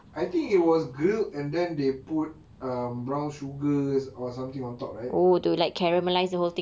I think it was grilled and then they put um brown sugar or something on top right